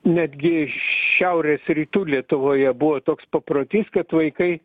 netgi šiaurės rytų lietuvoje buvo toks paprotys kad vaikai